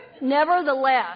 Nevertheless